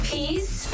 Peace